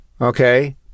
Okay